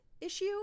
issue